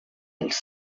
els